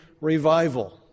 revival